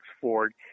Ford